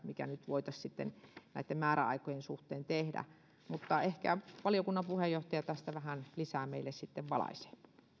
mikä nyt voitaisiin näitten määräaikojen suhteen tehdä ehkä valiokunnan puheenjohtaja tästä vähän lisää meille valaisee